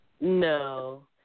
No